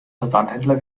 versandhändler